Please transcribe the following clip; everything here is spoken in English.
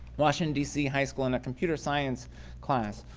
washington d. c. high school in a computer science class,